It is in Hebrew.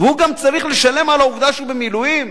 והוא גם צריך לשלם על העובדה שהוא במילואים?